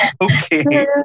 Okay